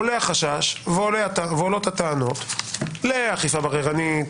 עולה החשש ועולות הטענות לאכיפה בררנית,